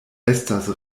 estas